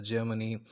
Germany